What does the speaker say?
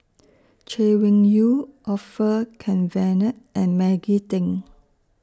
Chay Weng Yew Orfeur Cavenagh and Maggie Teng